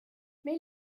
mais